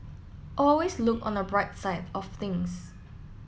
always look on the bright side of things